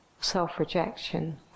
self-rejection